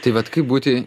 tai vat kaip būti